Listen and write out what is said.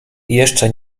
jeszcze